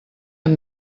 amb